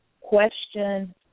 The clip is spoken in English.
question